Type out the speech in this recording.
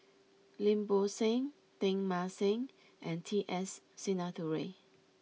Lim Bo Seng Teng Mah Seng and T S Sinnathuray